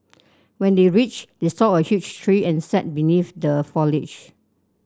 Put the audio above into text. when they reached they saw a huge tree and sat beneath the foliage